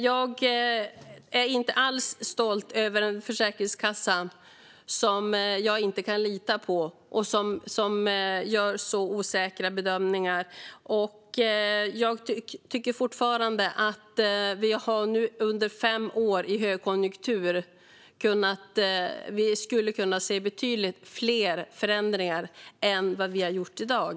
Jag är inte alls stolt över Försäkringskassan som jag inte kan lita på och som gör så osäkra bedömningar. Jag tycker fortfarande att vi under fem år med högkonjunktur borde ha kunnat se betydligt fler förändringar än vad vi kan se i dag.